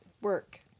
Work